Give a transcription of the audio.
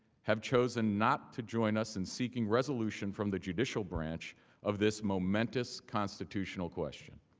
have chosen not to join us, in seeking resolution from the judicial branch of this more mental constitutional question.